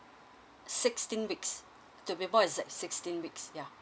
sixteen weeks to be more exact sixteen weeks ya